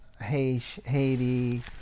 Haiti